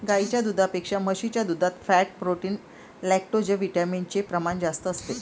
गाईच्या दुधापेक्षा म्हशीच्या दुधात फॅट, प्रोटीन, लैक्टोजविटामिन चे प्रमाण जास्त असते